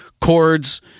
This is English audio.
chords